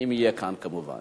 אם יהיה כאן, כמובן.